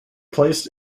placed